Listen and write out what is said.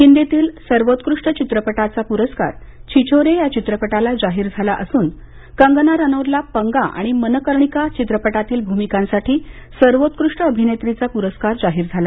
हिंदीतील सर्वोत्कृष्ट चित्रपटाचा प्रस्कार छिछोरे या चित्रपटाला जाहीर झाला असून कंगना रनौतला पंगा आणि मनकर्णिका चित्रपटातील भूमिकांसाठी सर्वोत्कृष्ट अभिनेत्रीचा पुरस्कार जाहीर झाला